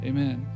Amen